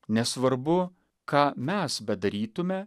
nesvarbu ką mes bedarytume